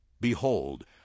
Behold